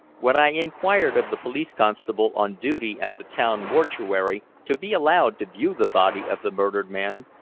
when i inquired of the police-constable on duty at the town mortuary to be allowed to view the body of the murdered man,